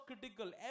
critical